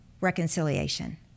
reconciliation